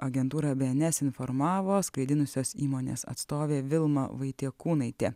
agentūrą bns informavo skraidinusios įmonės atstovė vilma vaitiekūnaitė